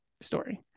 story